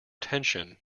tension